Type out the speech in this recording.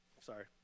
sorry